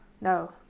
no